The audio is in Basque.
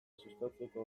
sustatzeko